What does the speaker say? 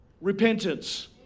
Repentance